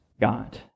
God